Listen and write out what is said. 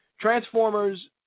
Transformers